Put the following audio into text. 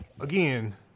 again